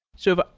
so,